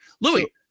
Louis